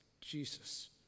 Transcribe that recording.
Jesus